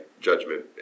judgment